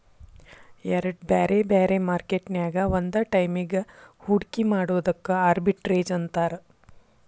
ಎರಡ್ ಬ್ಯಾರೆ ಬ್ಯಾರೆ ಮಾರ್ಕೆಟ್ ನ್ಯಾಗ್ ಒಂದ ಟೈಮಿಗ್ ಹೂಡ್ಕಿ ಮಾಡೊದಕ್ಕ ಆರ್ಬಿಟ್ರೇಜ್ ಅಂತಾರ